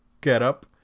getup